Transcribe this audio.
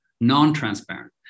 non-transparent